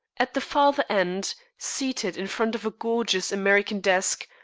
at the farther end, seated in front of a gorgeous american desk,